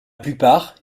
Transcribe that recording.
plupart